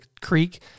creek